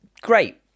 Great